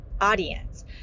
audience